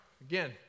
Again